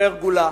פרגולה,